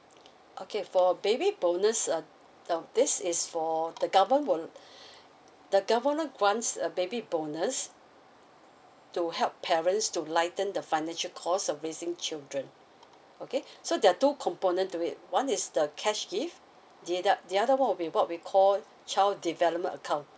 okay for baby bonus uh now this is for the government will the government wants a baby bonus to help parents to lighten the financial cost of raising children okay so there are two components to it one is the cash gift the other the other [one] will be what we call child development account